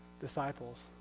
disciples